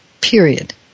Period